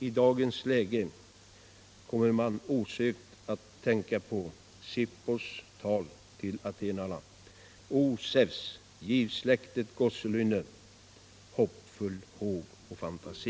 I dagens läge kommer man osökt att tänka på Dexippos tal till atenarna: ”O, Zeus, giv släktet gosselynne, hoppfull håg och fantasi!”